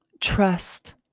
trust